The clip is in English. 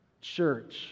church